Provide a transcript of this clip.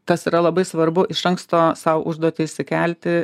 tas yra labai svarbu iš anksto sau užduotį išsikelti